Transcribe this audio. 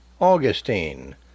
Augustine